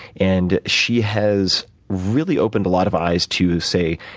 and she has really opened a lot of eyes to, say,